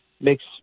makes